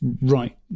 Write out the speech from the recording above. right